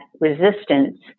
resistance